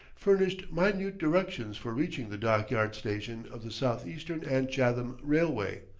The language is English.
furnished minute directions for reaching the dockyard station of the southeastern and chatham rail-way,